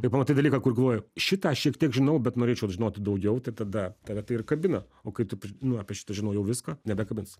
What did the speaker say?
kai pamatai dalyką kur galvoji šitą šiek tiek žinau bet norėčiau žinoti daugiau tada tave tai ir kabina o kai tu pri nu apie šitą žinai jau viską nebekabins